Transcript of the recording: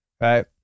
right